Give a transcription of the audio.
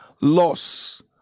loss